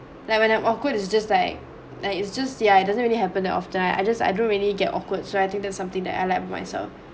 like when I'm awkward it's just like that it's just yeah it doesn't really happen that often I I just I don't really get awkward so I think that's something that I like about myself